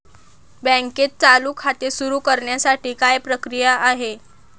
बँकेत चालू खाते सुरु करण्यासाठी काय प्रक्रिया आहे?